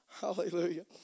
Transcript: Hallelujah